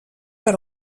per